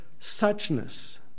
suchness